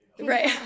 Right